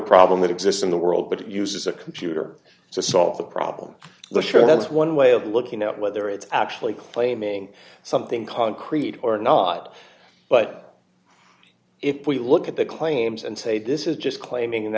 problem that exists in the world but it uses a computer to solve the problem the show that's one way of looking at whether it actually claiming something concrete or not but if we look at the claims and say this is just claiming an